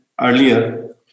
earlier